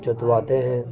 جتواتے ہیں